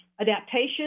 adaptation